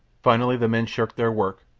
finally the men shirked their work,